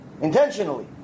intentionally